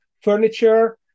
furniture